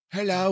Hello